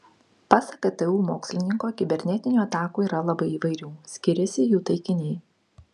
pasak ktu mokslininko kibernetinių atakų yra labai įvairių skiriasi jų taikiniai